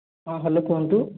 ହଁ ହ୍ୟାଲୋ କୁହନ୍ତୁ